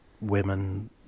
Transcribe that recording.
women